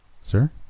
Sir